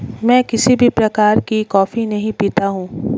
मैं किसी भी प्रकार की कॉफी नहीं पीता हूँ